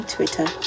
Twitter